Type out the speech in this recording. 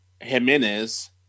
Jimenez